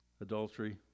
adultery